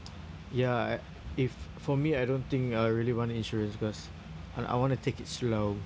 ya I if for me I don't think I really want insurance because and I I want to take it slow